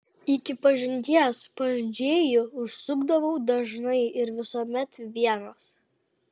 iki pažinties pas džėjų užsukdavau dažnai ir visuomet vienas